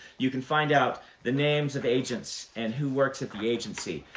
you can find out the names of agents and who works at the agency.